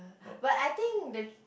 but I think the